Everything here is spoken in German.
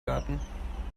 garten